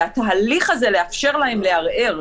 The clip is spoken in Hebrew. והתהליך הזה לאפשר להם לערער,